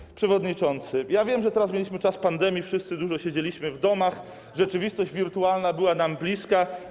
Panie przewodniczący, wiem, że teraz mieliśmy czas pandemii, wszyscy dużo siedzieliśmy w domach, rzeczywistość wirtualna była nam bliska.